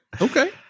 Okay